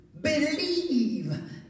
Believe